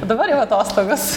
dabar jau atostogos